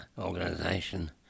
Organization